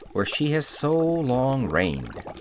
where she has so long reigned.